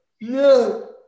No